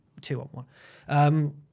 two-on-one